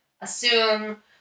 Assume